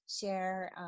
share